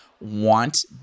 want